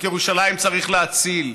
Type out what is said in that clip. את ירושלים צריך להציל.